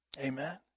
Amen